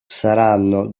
saranno